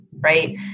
right